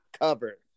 cover